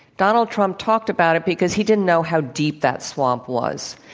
donald trump talked about it because he didn't know how deep that swamp was.